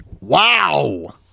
Wow